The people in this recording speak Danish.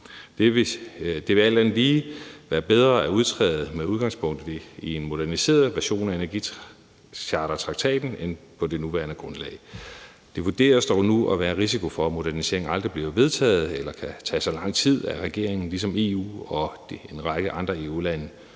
Det vil alt andet lige være bedre at udtræde med udgangspunkt i en moderniseret version af energichartertraktaten end på det nuværende grundlag. Der vurderes dog nu at være en risiko for, at moderniseringen aldrig bliver vedtaget, eller at den kan tage så lang tid, at regeringen ligesom EU og en række andre EU-lande